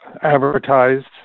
advertised